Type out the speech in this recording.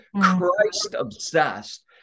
Christ-obsessed